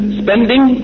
spending